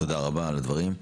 תודה רבה על הדברים.